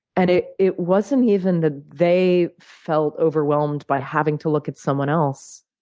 and it it wasn't even that they felt overwhelmed by having to look at someone else.